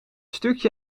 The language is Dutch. stuk